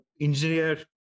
engineer